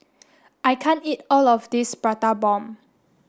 I can't eat all of this prata bomb